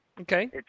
Okay